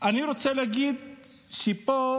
אני רוצה להגיד שפה,